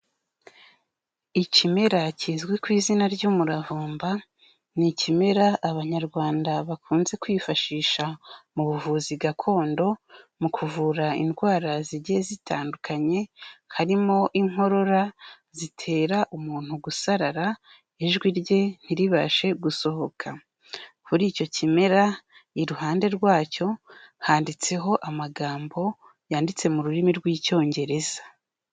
Ikimera kizwi ku izina ry'umuravumba, ni ikimera Abanyarwanda bakunze kwifashisha mu buvuzi gakondo mu kuvura indwara zigiye zitandukanye, harimo inkorora zitera umuntu gusarara ijwi rye ntiribashe gusohoka, kuri icyo kimera iruhande rwacyo handitseho amagambo yanditse mu rurimi rw'Icyongereza.